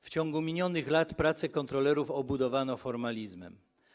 W ciągu minionych lat pracę kontrolerów obudowano formalizmem.